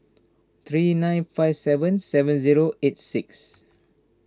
three nine five seven seven zero eight six